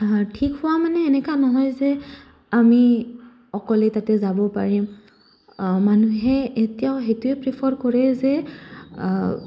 ঠিক হোৱা মানে এনেকা নহয় যে আমি অকলেই তাতে যাব পাৰিম মানুহে এতিয়াও সেইটোৱে প্ৰিফাৰ কৰে যে